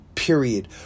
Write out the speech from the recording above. period